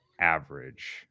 average